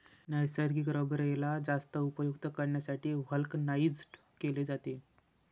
नैसर्गिक रबरेला जास्त उपयुक्त करण्यासाठी व्हल्कनाइज्ड केले जाते